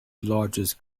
largest